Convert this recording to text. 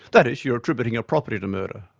that is, you're attributing a property to murder,